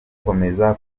gukomeza